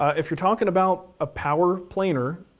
if you're talkin' about a power planer,